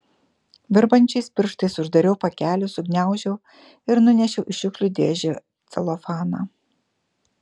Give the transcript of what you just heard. virpančiais pirštais uždariau pakelį sugniaužiau ir nunešiau į šiukšlių dėžę celofaną